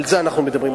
על זה אנחנו מדברים.